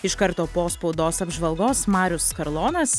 iš karto po spaudos apžvalgos marius karlonas